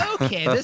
okay